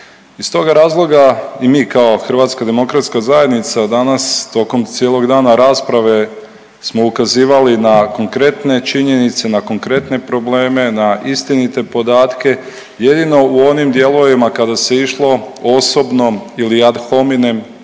Iz toga razloga i mi kao HDZ danas tokom cijelog dana rasprave smo ukazivali na konkretne činjenice, na konkretne probleme, na istinite podatke, jedino u onim dijelovima kada se išlo osobno ili ad hominem